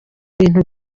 bintu